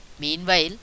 Meanwhile